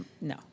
no